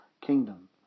kingdom